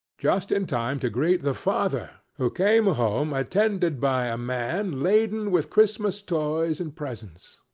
just in time to greet the father, who came home attended by a man laden with christmas toys and presents.